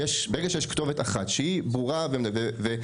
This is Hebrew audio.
ברגע שיש כתובת אחת שהיא ברורה ויש